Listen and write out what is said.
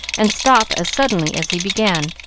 and stop as suddenly as he began.